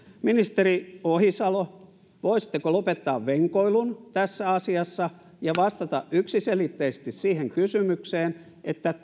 ministeri ohisalo voisitteko lopettaa venkoilun tässä asiassa ja vastata yksiselitteisesti siihen kysymykseen